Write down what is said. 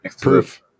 Proof